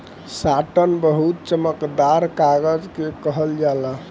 satin बहुत चमकदार कागज के कहल जाला